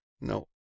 no